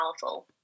powerful